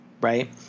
Right